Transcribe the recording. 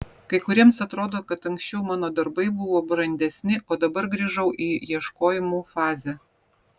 kai kuriems atrodo kad anksčiau mano darbai buvo brandesni o dabar grįžau į ieškojimų fazę